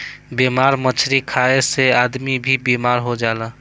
बेमार मछली खाए से आदमी भी बेमार हो जाला